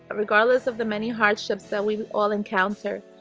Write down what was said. regardless of the many hardships that, we all encounter?